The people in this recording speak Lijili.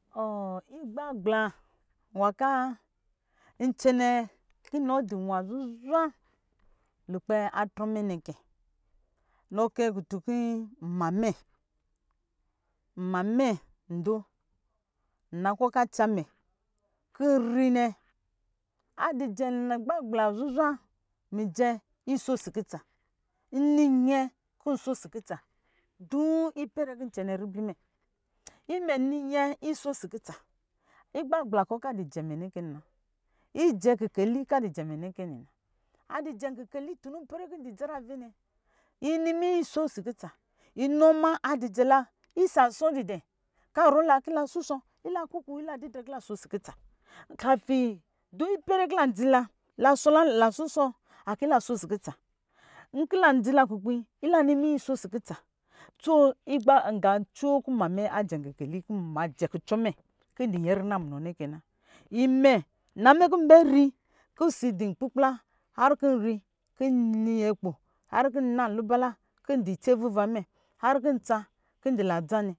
igba gbla wa ka ncɛnɛ kinɔ di nwa zuzwa lukpɛ atrɔ mɛ nɛ kɛ, nɔ kɛ kutu kii nmamɛ nmamɛ ndo nna kɔ̄ ka tsa mɛ kin nri nɛ adi jɛ ni gbagbla, zuzwa mi je iso si kutsa, nni nyɛ kun so si kutsa, duu ipɛrɛ kin cɛnɛn ribli mɛ imɛ ni nyɛ iso si kutsa igba gbla kɔ̄ adijɛ mɛ nɛ kɛnɛ na, adijɛ kikɛci tu kin di dzarave nɛ, ini minyɛ so si kutsa inɛɔ̄ ma dijɛla isa sɔ di dɛ̄, ka rɔ la kila shi shɔ ki la kuku kila didrɛ kila sho si kutsa ipɛrɛ kila dzila, la shushɔ̄ akila sho si kutsa, ila dza la kukpi ila niminyɛ sho si kutsa so gā coo ki nma mɛ majɛ̄ kikeli kin ma jɛ kucɔ mɛ kin di rɛrina munɔ nɛ kɛna imɛ inamɛ kin bɛ ri ki si di ikukpla rki ri ki ini hyɛ kpo rkina lubala kin ndi itse vuva mɛ har kin ndila dzanɛ